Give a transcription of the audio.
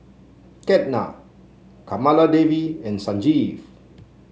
Ketna Kamaladevi and Sanjeev